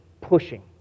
pushing